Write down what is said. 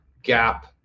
gap